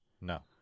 No